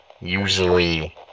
usually